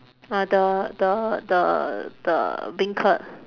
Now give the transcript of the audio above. ah the the the the beancurd